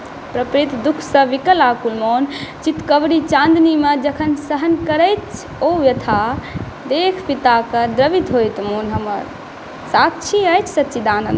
प्रपीड़ित दुखसए बिकल आकुल मोन चितकबरी चांदनीमे जखन सहन करैछ ओ व्यथा देख पिताकए द्रवित होइत मोन हमर साक्षी अछि सचिदानन्दा